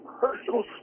personal